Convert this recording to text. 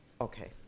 Okay